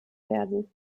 werden